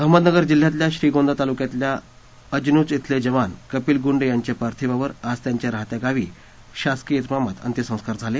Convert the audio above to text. अहमदनगर जिल्ह्यातल्या श्रीगोंदा तालुक्यातल्या अजनुज श्वले जवान कपिल गुंड यांच्या पार्थिवावर आज त्यांच्या राहत्या गावी शासकीय विमामात अंत्यसंस्कार झाले